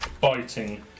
biting